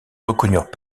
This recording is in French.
reconnurent